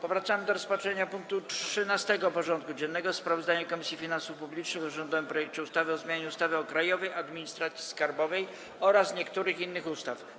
Powracamy do rozpatrzenia punktu 13. porządku dziennego: Sprawozdanie Komisji Finansów Publicznych o rządowym projekcie ustawy o zmianie ustawy o Krajowej Administracji Skarbowej oraz niektórych innych ustaw.